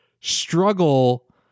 struggle